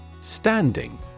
Standing